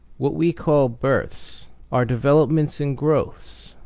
what we call births are developments and growths,